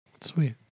Sweet